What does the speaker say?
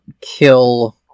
kill